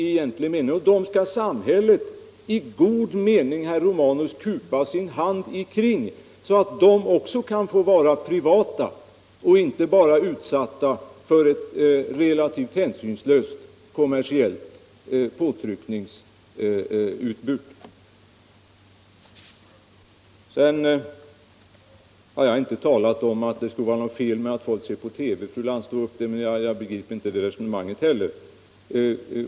Kring dessa människor skall samhället, herr Romanus, i god mening kupa sin hand, så att även de kan få vara privata och inte bara utsatta för ett relativt hänsynslöst kommersiellt påtryckningsutbud. Jag har inte sagt att det skulle vara något fel i att folk ser på TV. Fru Lantz påstår det, och jag begriper inte hennes resonemang i det avseendet.